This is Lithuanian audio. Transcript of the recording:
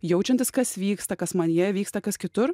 jaučiantis kas vyksta kas manyje vyksta kas kitur